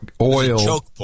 oil